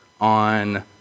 on